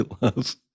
love